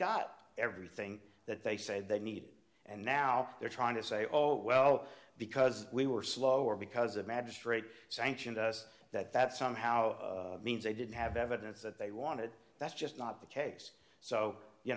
got everything that they said they needed and now they're trying to say oh well because we were slower because a magistrate sanctioned us that that somehow means they didn't have evidence that they wanted that's just not the case so you